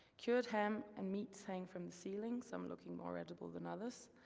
cured ham and meats hang from the ceilings, some looking more edible than others.